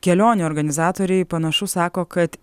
kelionių organizatoriai panašu sako kad